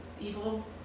evil